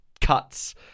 cuts